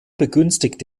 begünstigt